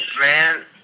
Man